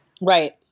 right